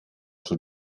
schon